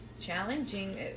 challenging